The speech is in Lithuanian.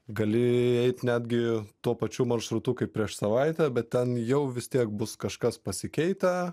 gali eit netgi tuo pačiu maršrutu kaip prieš savaitę bet ten jau vis tiek bus kažkas pasikeitę